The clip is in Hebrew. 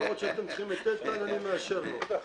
כל מה שאתם צריכים לתת כאן, אני מאשר פה.